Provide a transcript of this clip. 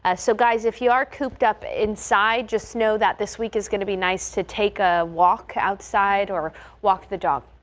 ah so guys if you are cooped up inside just know that this week is going to be nice to take a walk outside or walk the dog.